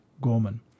Gorman